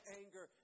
anger